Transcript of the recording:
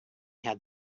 had